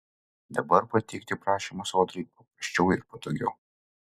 dabar pateikti prašymą sodrai paprasčiau ir patogiau